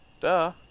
Duh